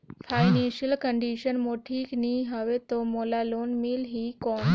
Financial condition मोर ठीक नी हवे तो मोला लोन मिल ही कौन??